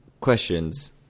questions